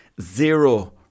zero